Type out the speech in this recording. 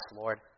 Lord